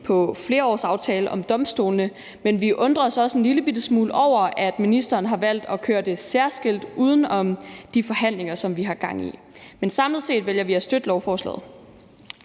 en flerårsaftale om domstolene. Men vi undrer os også en lillebitte smule over, at ministeren har valgt at køre det særskilt uden om de forhandlinger, som vi har gang i. Men samlet set vælger vi at støtte lovforslaget.